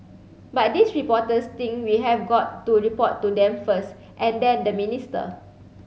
but these reporters think we have got to report to them first and then the minister